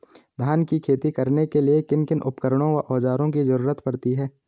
धान की खेती करने के लिए किन किन उपकरणों व औज़ारों की जरूरत पड़ती है?